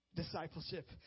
Discipleship